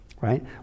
right